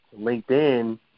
LinkedIn